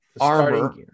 armor